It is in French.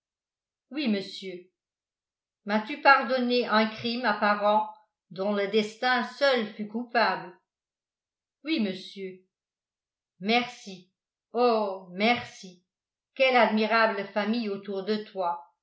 oui monsieur m'as-tu pardonné un crime apparent dont le destin seul fut coupable oui monsieur merci oh merci quelle admirable famille autour de toi